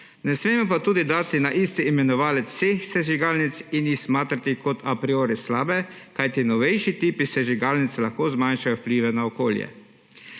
Ne smemo pa tudi dati na isti imenovalec vseh sežigalnic in jih smatrati kot a priori slabe, kajti novejši tipi sežigalnic lahko zmanjšajo vplive na okolje.